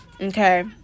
Okay